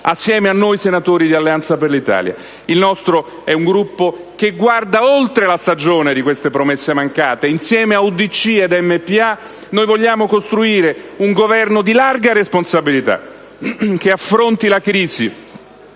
assieme a noi senatori di Alleanza per l'Italia. Il nostro è un Gruppo che guarda oltre alla stagione di queste promesse mancate. Noi, insieme a UDC e MPA, vogliamo costruire un Governo di larga responsabilità, che affronti la crisi